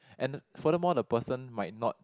and furthermore the person might not